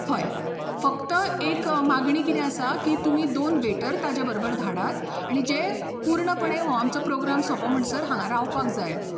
हय फक्त एक मागणी कितें आसा कि तुमी दोन वेटर ताज्या बरोबर धाडात आनी जे पूर्णपणे हो आमचो प्रोग्राम सोप म्हणसर हांगा रावपाक जाय